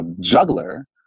juggler